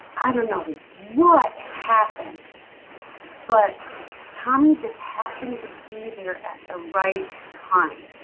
i don't know what happened but tommy just happened to be there at the right time